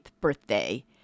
birthday